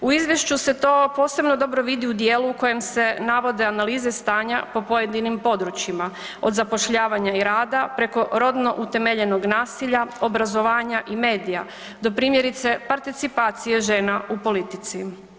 U izvješću se to posebno dobro vidi u dijelu u kojem se navode analize stanja po pojedinim područjima, od zapošljavanja i rada preko rodno utemeljenog nasilja, obrazovanja i medija, do primjerice participacije žena u politici.